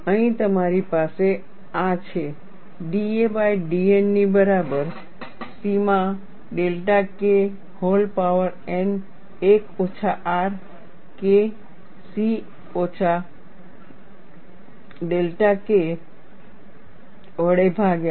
અહીં તમારી પાસે આ છે da બાય dN ની બરાબર C માં delta K whole power n 1 ઓછા R K c ઓછા ડેલ્ટા K વડે ભાગ્યા